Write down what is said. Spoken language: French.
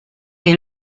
est